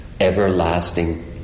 Everlasting